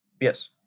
Yes